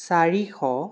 চাৰিশ